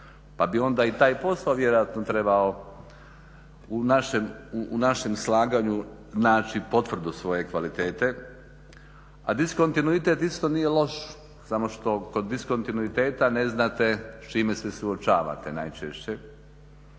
pa bi onda i taj posao vjerojatno trebao u našem slaganju naći potvrdu svoje kvalitete a diskontinuitet isto nije loš, samo što kod diskontinuiteta ne znate s čime se suočavate najčešće